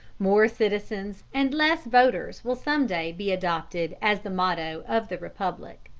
more citizens and less voters will some day be adopted as the motto of the republic.